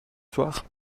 soir